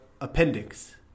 appendix